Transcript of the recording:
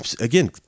again